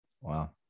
Wow